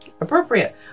Appropriate